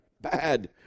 bad